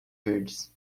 verdes